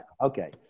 okay